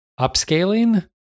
upscaling